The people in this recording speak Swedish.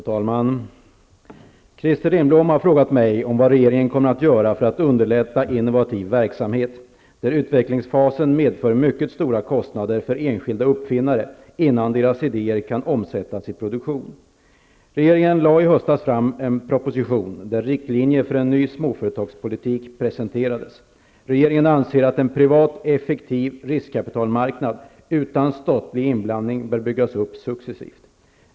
Fru talman! Christer Lindblom har frågat mig om vad regeringen kommer att göra för att underlätta innovativ verksamhet, där utvecklingsfasen medför mycket stora kostnader för enskilda uppfinnare innan deras idéer kan omsättas i produktion. Regeringen lade i höstas fram en proposition där riktlinjer för en ny småföretagspolitik presenterades. Regeringen anser att en privat, effektiv riskkapitalmarknad utan statlig inblandning bör byggas upp successivt.